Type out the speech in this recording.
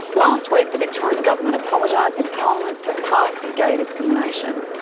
last week the victorian government apologised in parliament for past gay discrimination.